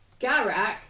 Garak